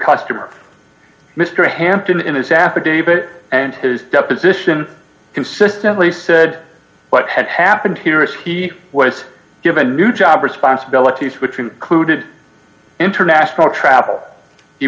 customer mr hampton in his affidavit and his deposition consistently said what had happened here is he was given a new job responsibilities which included international travel